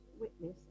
witness